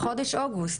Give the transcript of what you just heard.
חודש אוגוסט,